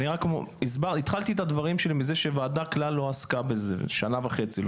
אני רק התחלתי את הדברים שלי מזה שהוועדה כלל לא עסקה בזה שנה וחצי.